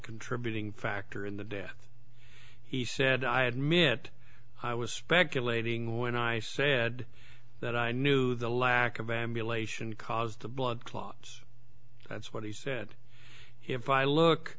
contributing factor in the death he said i admit i was speculating when i said that i knew the lack of emulation caused the blood clots that's what he said if i look